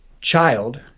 child